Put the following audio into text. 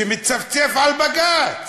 שמצפצף על בג"ץ.